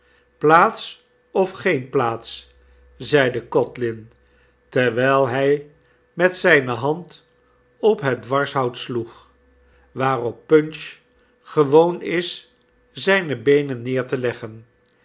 plaats of geen plaats zeide codlin terwijl hij met zijne hand op het dwarshout sloeg waarop punch gewoon is zijne beenen neer te leggen